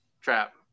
trap